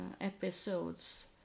episodes